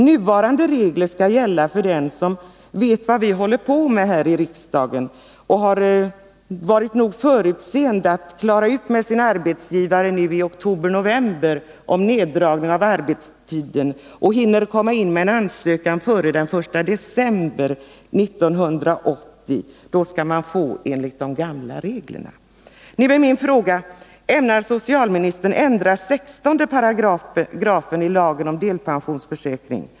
Nuvarande regler skall gälla för dem som är förutseende nog att med sin arbetsgivare i oktober-november klara ut en neddragning av arbetstiden och hinner komma in med en ansökan före den 1 december 1980. Dessa kommer att få sin pension enligt de gamla reglerna. Nu är min fråga: Ämnar socialministern ändra 16 § i lagen om delpensionsförsäkring?